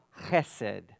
chesed